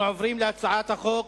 אנחנו עוברים להצעת החוק